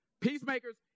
peacemakers